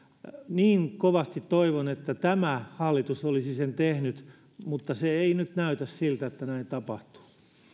niin kovasti toivon että tämä hallitus olisi sen tehnyt mutta se ei nyt näytä siltä että näin tapahtuu